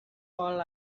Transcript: all